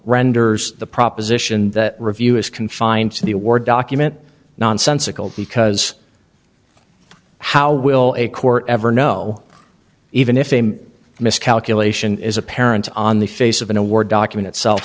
renders the proposition that review is confined to the word document nonsensical because how will a court ever know even if aim a miscalculation is apparent on the face of an award document itself